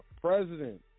president